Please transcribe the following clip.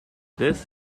this